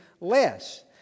less